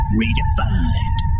redefined